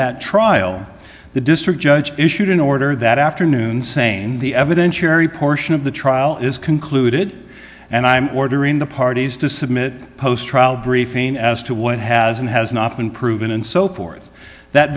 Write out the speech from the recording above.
that trial the district judge issued an order that afternoon saying the evidentiary portion of the trial is concluded and i'm ordering the parties to submit a post trial briefing as to what has and has not been proven and so forth that